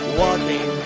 walking